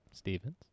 Stevens